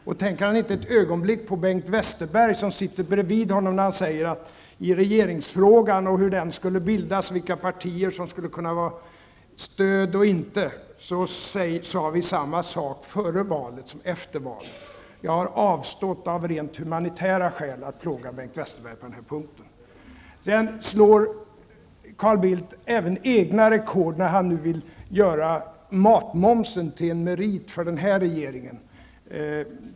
Och tänker Carl Bildt ett ögonblick på Bengt Westerberg, som sitter bredvid honom, när han säger att i regeringsfrågan -- vilka partier som skulle kunna vara stöd och inte -- sade man samma sak före valet som efter valet? Jag har avstått av rent humanitära skäl från att plåga Bengt Westerberg på den punkten. Carl Bildt slår även egna rekord, när han vill göra matmomsen till en merit för den nuvarande regeringen.